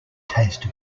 taste